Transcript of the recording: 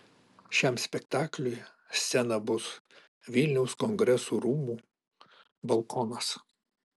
šiam spektakliui scena bus vilniaus kongresų rūmų balkonas